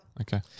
Okay